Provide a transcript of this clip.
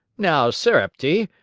now, sarepty,